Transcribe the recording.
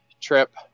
trip